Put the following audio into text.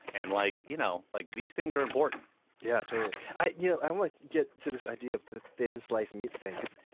and like you know like these things are important yeah so i you know i want to get to this idea of the thin-sliced meat thing.